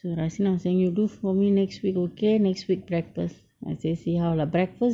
so just now I was saying you do for me next week okay next week breakfast must say see how lah breakfast